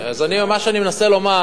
אז מה שאני מנסה לומר